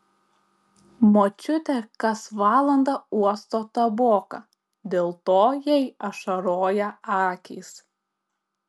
močiutė kas valandą uosto taboką dėl to jai ašaroja akys